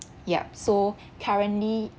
yup so currently